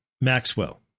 Maxwell